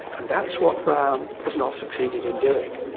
and that's what brown has not succeeded in doing.